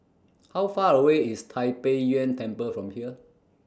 How Far away IS Tai Pei Yuen Temple from here